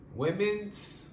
Women's